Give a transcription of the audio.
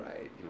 right